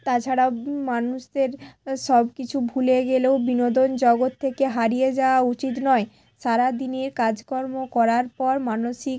তাছাড়া মানুষদের সব কিছু ভুলে গেলেও বিনোদন জগত থেকে হারিয়ে যাওয়া উচিত নয় সারা দিনের কাজকর্ম করার পর মানসিক